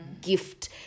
gift